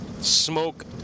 smoke